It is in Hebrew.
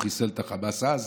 הוא חיסל את החמאס אז,